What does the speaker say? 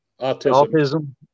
autism